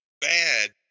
bad